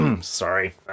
Sorry